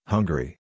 Hungary